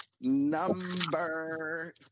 number